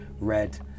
Red